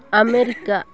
America